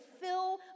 fill